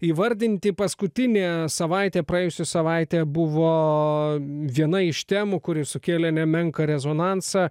įvardinti paskutinė savaitė praėjusią savaitę buvo viena iš temų kuri sukėlė nemenką rezonansą